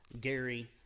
Gary